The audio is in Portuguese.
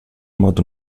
modo